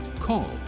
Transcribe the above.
Call